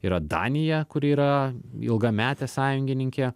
yra danija kuri yra ilgametė sąjungininkė